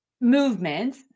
movement